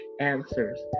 answers